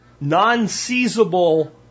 non-seizable